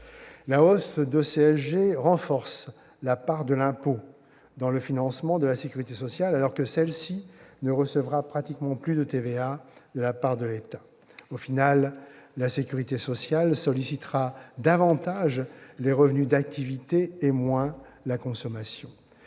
La hausse de la CSG renforce la part de l'impôt dans le financement de la sécurité sociale, alors que cette dernière ne recevra pratiquement plus de TVA de la part de l'État. En définitive, la sécurité sociale sollicitera davantage les revenus d'activité et moins la consommation.